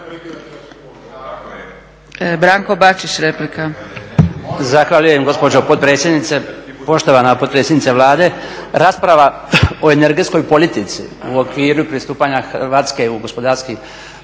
Branko (HDZ)** Zahvaljujem gospođo potpredsjednice. Poštovana potpredsjednice Vlade. Rasprava o energetskoj politici u okviru pristupanja Hrvatske u gospodarski